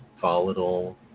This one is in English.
volatile